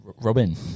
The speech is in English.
Robin